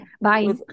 bye